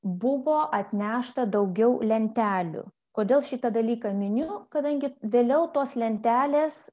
buvo atnešta daugiau lentelių kodėl šitą dalyką miniu kadangi vėliau tos lentelės